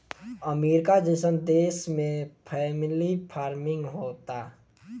अमरीका जइसन देश में फैमिली फार्मिंग होता